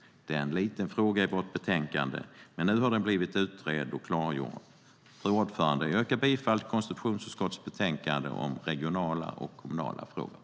Det är en liten fråga i vårt betänkande. Men nu har den blivit utredd och klargjord. Fru talman! Jag yrkar bifall till konstitutionsutskottets förslag i betänkandet om regionala och kommunala frågor.